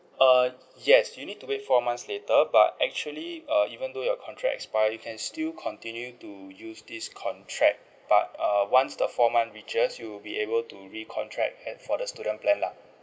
uh yes you need to wait four months later but actually uh even though your contract expire you can still continue to use this contract but err once the four month reaches you will be able to re contract at for the student plan lah